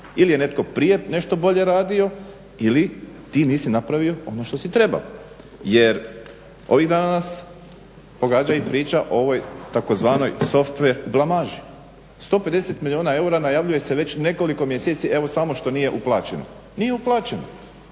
ili je netko prije nešto bolje radio ili ti nisi napravio ono što si trebao. Jer ovih dana nas pogađa i priča o ovoj tzv. softver blamaži. 150 milijuna eura najavljuje se već nekoliko mjeseci, evo samo što nije uplaćeno. Nije uplaćeno.